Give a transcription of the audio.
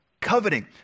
coveting